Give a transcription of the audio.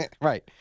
Right